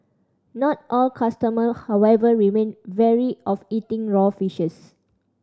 not all customer however remain wary of eating raw fish